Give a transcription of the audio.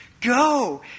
Go